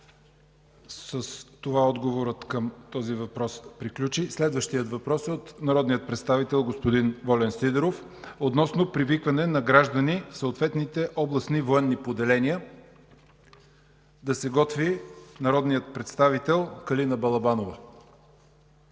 С това отговорът на този въпрос приключи. Следващият въпрос е от народния представител господин Волен Сидеров – относно привикване на граждани в съответните областни военни поделения. Да се готви народният представител Калина Балабанова.